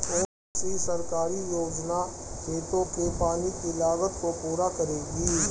कौन सी सरकारी योजना खेतों के पानी की लागत को पूरा करेगी?